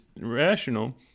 rational